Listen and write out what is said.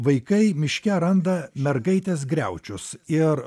vaikai miške randa mergaitės griaučius ir